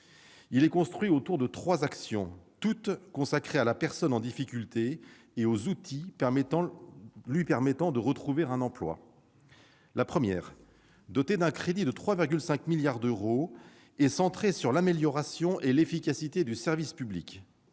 est construit autour de trois actions, toutes consacrées à la personne en difficulté et aux outils lui permettant de retrouver un emploi. La première, dotée d'un crédit de 3,5 milliards d'euros, est centrée sur l'amélioration et l'efficacité du service public.